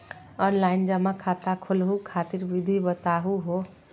Online जमा खाता खोलहु खातिर विधि बताहु हो?